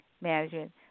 management